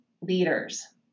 leaders